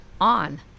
on